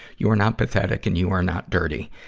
you are not pathetic and you are not dirty.